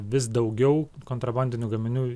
vis daugiau kontrabandinių gaminių